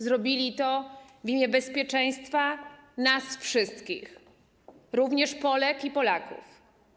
Zrobiono to w imię bezpieczeństwa nas wszystkich, również Polek i Polaków.